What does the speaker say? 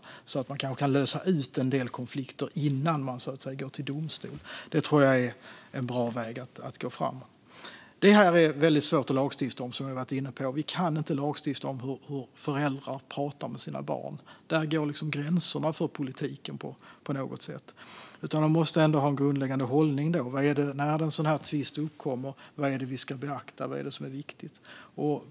På så sätt kanske en del konflikter kan lösas innan man går till domstol. Det tror jag är en bra väg att gå framåt. Detta är väldigt svårt att lagstifta om, som vi har varit inne på. Vi kan inte lagstifta om hur föräldrar pratar med sina barn. Där går liksom gränserna för politiken. Man måste ändå ha en grundläggande hållning. Vad är det vi ska beakta och vad är det som är viktigt när en sådan här tvist uppkommer?